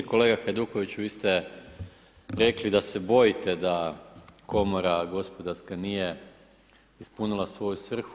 Kolega Hajduković, vi ste rekli da se bojite da komora gospodarska, nije ispunila svoju svrhu.